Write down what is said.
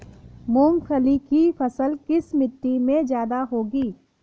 मूंगफली की फसल किस मिट्टी में ज्यादा होगी?